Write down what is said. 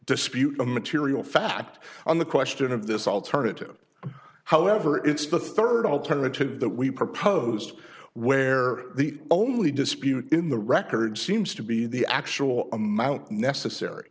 dispute of material fact on the question of this alternative however it's the third alternative that we proposed where the only dispute in the record seems to be the actual amount necessary